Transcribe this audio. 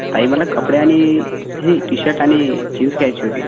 ताई मला कपडे आणि हे टीशर्ट आणि जीन्स घ्यायची होती